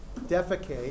defecate